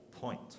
point